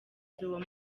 uwo